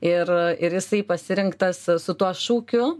ir ir jisai pasirinktas su tuo šūkiu